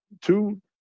two